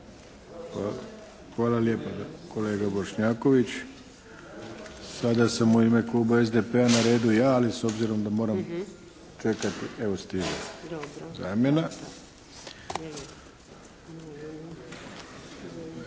Hvala lijepa kolega Bošnjaković. Sada sam u ime kluba SDP-a na redu ja, ali s obzirom da moram čekati, evo stiže zamjena.